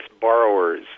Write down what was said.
borrowers